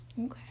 Okay